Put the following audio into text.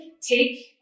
Take